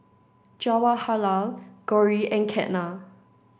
Jawaharlal Gauri and Ketna